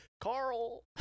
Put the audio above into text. Carl